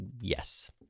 yes